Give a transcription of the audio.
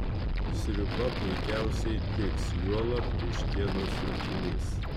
sriuba puikiausiai tiks juolab vištienos sultinys